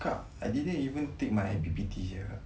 kak I didn' even take my I_P_P_T